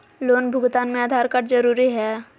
Loan भुगतान में Aadhaar card जरूरी है?